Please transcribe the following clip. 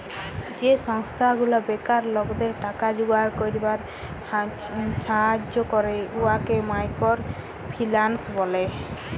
যে সংস্থা গুলা বেকার লকদের টাকা জুগাড় ক্যইরবার ছাহাজ্জ্য ক্যরে উয়াকে মাইকর ফিল্যাল্স ব্যলে